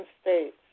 states